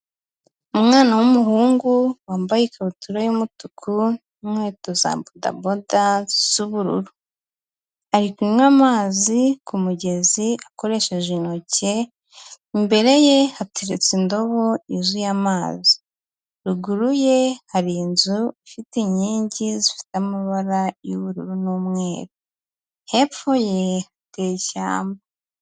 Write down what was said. Umwana w'umuhungu wambaye ikabutura y'umutuku n'inkweto za bodaboda z'ubururu. Ari kunywa amazi ku mugezi akoresheje intoki, imbere ye hateretse indobo yuzuye amazi. Ruguru ye hari inzu ifite inkingi zifite amabara y'ubururu n'umweru. Hepfo ye hateye ishyamba.